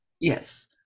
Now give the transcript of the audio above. yes